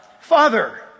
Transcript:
Father